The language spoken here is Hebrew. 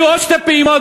יהיו עוד שתי פעימות,